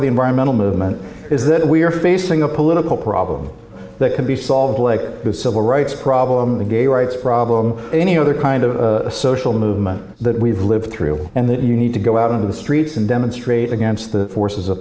of the environmental movement is that we are facing a political problem that can be solved like the civil rights problem the gay rights problem any other kind of a social movement that we've lived through and that you need to go out into the streets and demonstrate against the forces of